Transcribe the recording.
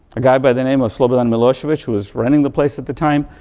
a guy by the name of slobodan milosevic was running the place at the time,